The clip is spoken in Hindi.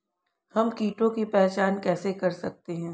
हम कीटों की पहचान कैसे कर सकते हैं?